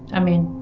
i mean,